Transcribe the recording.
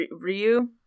Ryu